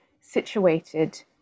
situated